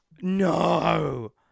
No